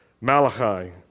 Malachi